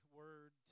word